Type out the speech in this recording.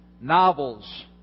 novels